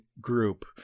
group